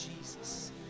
Jesus